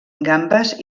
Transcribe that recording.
gambes